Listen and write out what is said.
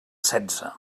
setze